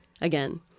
again